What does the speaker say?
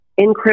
encrypt